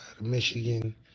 Michigan